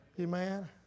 Amen